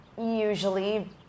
usually